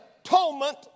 atonement